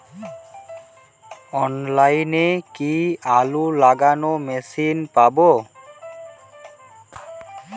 অনলাইনে কি আলু লাগানো মেশিন পাব?